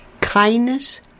kindness